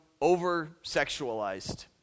over-sexualized